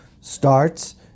starts